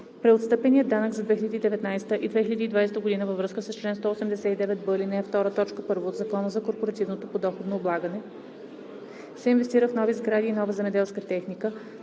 Преотстъпеният данък за 2019 и 2020 г. във връзка с чл. 189б, ал. 2, т. 1 от Закона за корпоративното подоходно облагане се инвестира в нови сгради и нова земеделска техника,